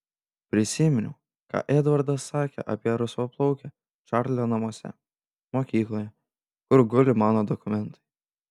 prisiminiau ką edvardas sakė apie rusvaplaukę čarlio namuose mokykloje kur guli mano dokumentai